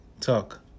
talk